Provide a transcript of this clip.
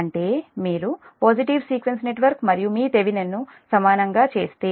అంటే మీరు positive sequence network నుండి మీ థెవెనిన్ను సమానంగా చేస్తే